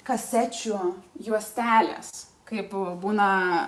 kasečių juostelės kaip būna